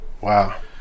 Wow